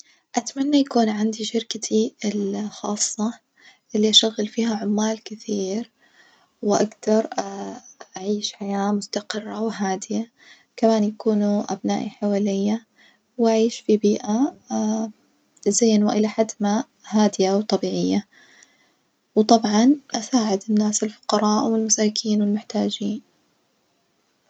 أتمنى يكون عندي شركتي الخاصة اللي أشغل فيها عمال كثير وأجدر أعيش حياة مستقرة وهادية، كمان يكونوا أبنائي حواليا وأعيش في بيئة زين وإلى حد ما هادية وطبيعية، وطبعًا أسعاد الناس الفقراء والمساكين والمحتاجين.